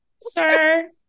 sir